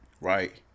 right